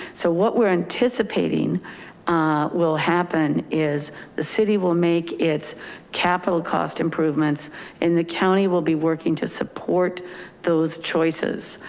so what we're anticipating will happen is the city will make its capital cost improvements and the county will be working to support those choices.